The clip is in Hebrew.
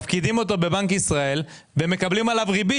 מפקידים אותו בבנק ישראל ומקבלים עליו ריבית.